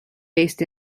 based